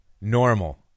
normal